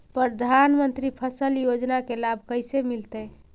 प्रधानमंत्री फसल योजना के लाभ कैसे मिलतै?